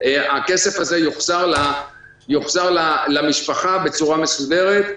הכסף הזה יוחזר למשפחה בצורה מסודרת.